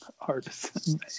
Artisan